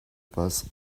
passe